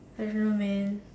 I don't know man